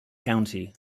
county